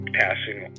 passing